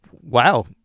wow